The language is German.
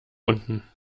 unten